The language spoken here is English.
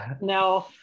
No